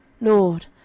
Lord